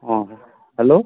ও hello